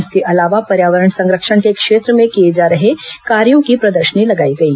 इसके अलावा पर्यावरण संरक्षण के क्षेत्र में किए जा रहे कार्यों की प्रदर्शनी लगाई गई